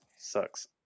Sucks